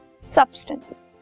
substance